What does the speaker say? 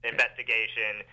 Investigation